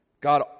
god